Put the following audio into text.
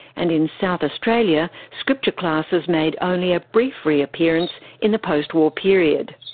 and in south australia, scripture classes made only a brief reappearance in the post-war period.